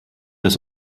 das